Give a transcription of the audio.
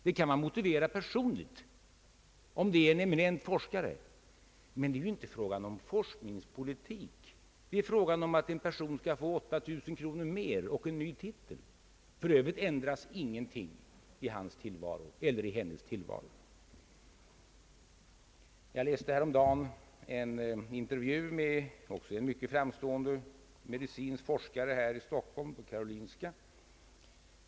Det kan man motivera personligt, om det är fråga om en eminent forskare. Men det är ju inte fråga om forskningspolitik, det är fråga om att en person skall få 8000 kronor mer och en ny titel — för övrigt ändras ingenting i hans — eller hennes — tillvaro. Jag läste häromdagen en intervju med en mycket framstående medicinsk forskare vid karolinska institutet här i Stockholm.